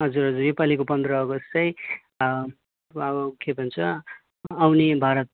हजुर हजुर योपालिको पन्ध्र अगस्ट चाहिँ अब के भन्छ आउने भारत